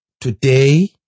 Today